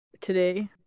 Today